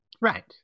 Right